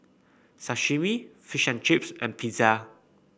Sashimi Fish and Chips and Pizza